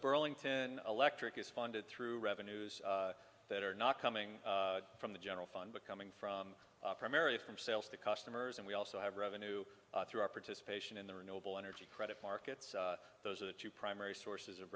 burlington electric is funded through revenues that are not coming from the general fund but coming from primarily from sales to customers and we also have revenue through our participation in the renewable energy credit markets those are the two primary sources of